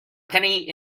penny